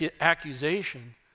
accusation